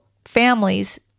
Families